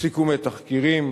סיכומי תחקירים,